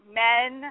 men